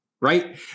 Right